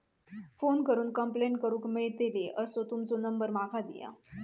Phone करून complaint करूक मेलतली असो तुमचो नंबर माका दिया?